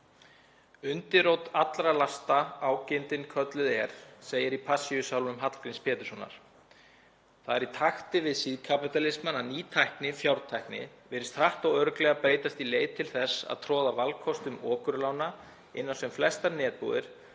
„Undirrót allra lasta ágirndin kölluð er“, segir í Passíusálmum Hallgríms Péturssonar. Það er í takti við síðkapítalismann að ný tækni, fjártækni, virðist hratt og örugglega breytast í leið til þess að troða valkostum okurlána inn á sem flestar netbúðir